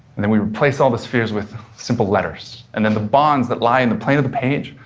and then we replace all the spheres with simple letters, and then the bonds that lie in the plane of the page,